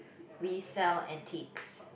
we sell antiques